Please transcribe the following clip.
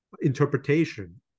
interpretation